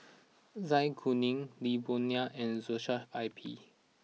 Zai Kuning Lee Boon Ngan and Joshua I P